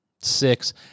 six